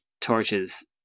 torches